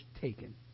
taken